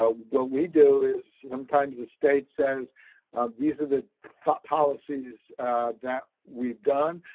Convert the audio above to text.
ah what we do is sometimes the state sends views of the policies that we've done,